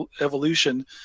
evolution